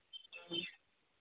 ꯎꯝ